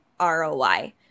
ROI